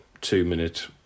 two-minute